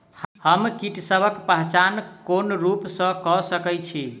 हम कीटसबक पहचान कोन रूप सँ क सके छी?